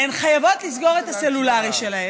הן חייבות לסגור את הסלולרי שלהן,